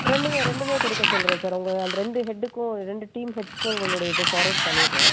ரெண்டுமே ரெண்டுமே கொடுக்க சொல்கிறேன் சார் உங்கள் அந்த ரெண்டு ஹெட்டுக்கும் ரெண்டு டீம் ஹெட்ஸ்க்கும் உங்களுடைய இது ஃபார்வேர்ட் பண்ணிடுறேன்